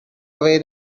away